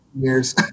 years